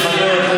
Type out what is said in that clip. לך אתה.